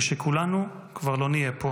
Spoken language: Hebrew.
כשכולנו כבר לא נהיה פה